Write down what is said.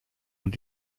und